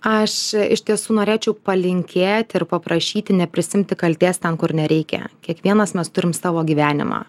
aš iš tiesų norėčiau palinkėt ir paprašyti neprisiimti kaltės ten kur nereikia kiekvienas mes turim savo gyvenimą